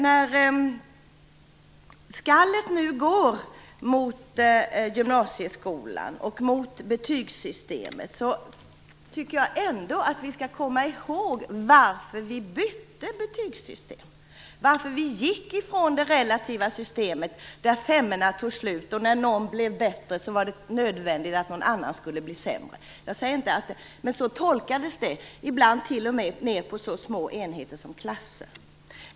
När skallet nu går mot gymnasieskolan och betygssystemet tycker jag ändå att vi skall komma ihåg varför vi bytte betygssystem, varför vi gick ifrån det relativa systemet, där femmorna tog slut, och när någon blev bättre var det nödvändigt att någon annan skulle bli sämre. Så tolkades det, ibland t.o.m. i så små enheter som klasser.